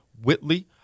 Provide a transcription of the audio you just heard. Whitley